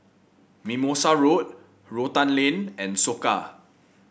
Mimosa Road Rotan Lane and Soka